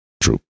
True